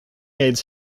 aids